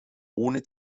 ohne